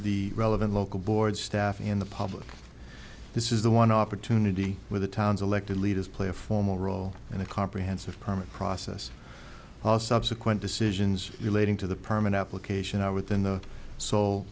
the relevant local board staff in the public this is the one opportunity where the town's elected leaders play a formal role in the comprehensive permit process all subsequent decisions relating to the permit application are within the sole